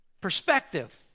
perspective